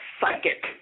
psychic